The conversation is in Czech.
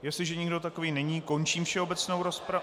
Jestliže nikdo takový není, končím všeobecnou rozpravu...